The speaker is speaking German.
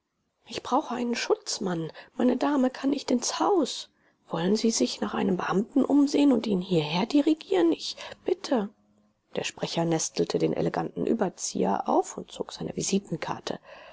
ich brauche einen schutzmann meine dame kann nicht ins haus wollen sie sich nach einem beamten umsehen und ihn hierher dirigieren ich bitte der sprecher nestelte den eleganten überzieher auf und zog seine visitenkarte